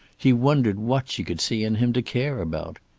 he wondered what she could see in him to care about.